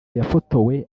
yafotowe